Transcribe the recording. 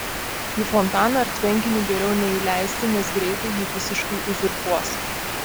į fontaną ar tvenkinį geriau neįleisti nes greitai jį visiškai uzurpuos